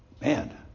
Man